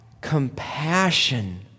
compassion